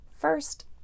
first